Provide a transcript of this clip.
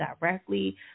directly